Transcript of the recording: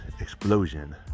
explosion